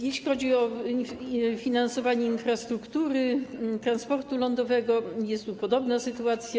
Jeśli chodzi o finansowanie infrastruktury transportu lądowego, jest tu podobna sytuacja.